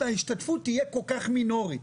שההשתתפות תהיה כל כך מינורית.